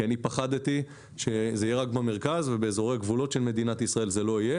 אני פחדתי שזה יהיה רק במרכז ובאזורי גבולות של מדינת ישראל זה לא יהיה